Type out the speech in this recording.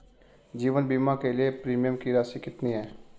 जीवन बीमा के लिए प्रीमियम की राशि कितनी है?